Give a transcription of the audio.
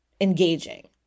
engaging